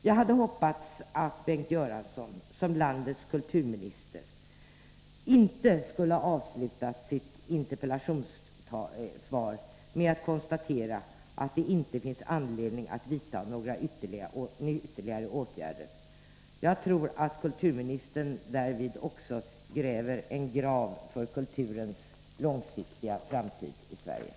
Jag hade hoppats att Bengt Göransson som landets kulturminister inte skulle avsluta sitt interpellationssvar med att konstatera att det inte finns anledning att vidta några ytterligare åtgärder. Jag tror att kulturministern i det sammanhanget också gräver en grav för kulturens långsiktiga framtid i Sverige.